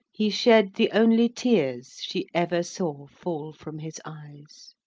he shed the only tears she ever saw fall from his eyes.